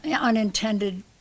unintended